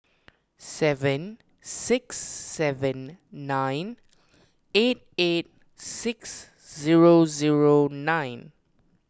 seven six seven nine eight eight six zero zero nine